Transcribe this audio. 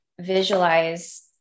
visualize